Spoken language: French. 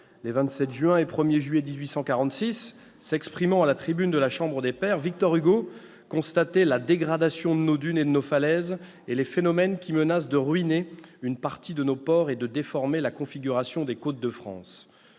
Les 27 juin et 1 juillet 1846, s'exprimant à la tribune de la chambre des pairs, Victor Hugo constatait la « dégradation de nos dunes et de nos falaises » et les « phénomènes qui menacent de ruiner une partie de nos ports et de déformer la configuration des côtes de France